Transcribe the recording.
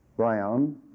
Brown